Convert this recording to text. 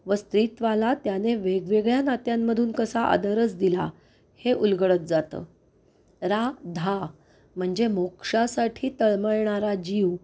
व स्त्रीत्वाला त्याने वेगवेगळ्या नात्यांमधून कसा आदरच दिला हे उलगडत जातं राधा म्हणजे मोक्षासाठी तळमळणारा जीव